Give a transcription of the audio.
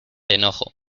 enojo